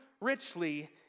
richly